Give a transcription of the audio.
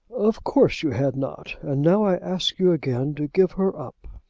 of course you had not. and now i ask you again to give her up.